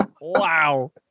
wow